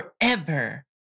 forever